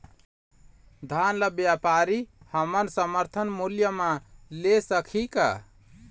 धान ला व्यापारी हमन समर्थन मूल्य म ले सकही का?